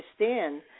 understand